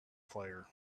player